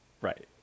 Right